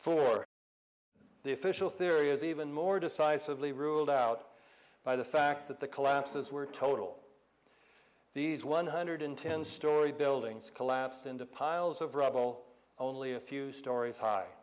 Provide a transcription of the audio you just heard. for the official theory is even more decisively ruled out by the fact that the collapses were total these one hundred ten story buildings collapsed into piles of rubble only a few stories high